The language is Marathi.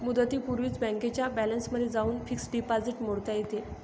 मुदतीपूर्वीच बँकेच्या बॅलन्समध्ये जाऊन फिक्स्ड डिपॉझिट मोडता येते